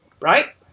right